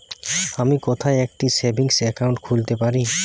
আমি কোথায় একটি সেভিংস অ্যাকাউন্ট খুলতে পারি?